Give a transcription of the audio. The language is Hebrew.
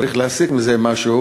אם צריך להסיק מזה משהו,